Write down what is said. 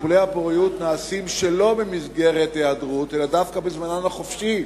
שטיפולי הפוריות נעשים שלא במסגרת היעדרות אלא דווקא בזמנן החופשי